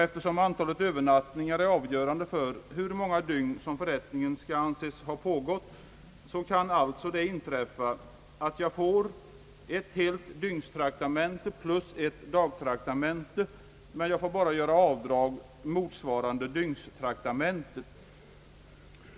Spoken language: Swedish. Eftersom antalet övernattningar är avgörande för hur många dygn förrättningen skall anses ha pågått, kan det alltså inträffa, att man får ett helt dygns traktamente plus ett dagtraktamente men bara får göra avdrag motsvarande dygnstraktamentet.